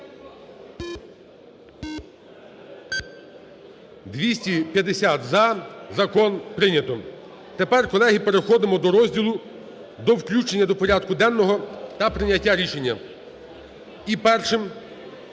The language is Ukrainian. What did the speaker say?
За-250 Закон прийнято. Тепер, колеги, переходимо до розділу до включення до порядку денного та прийняття рішення.